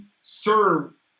serve